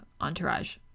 Entourage